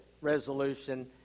resolution